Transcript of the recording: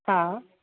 हा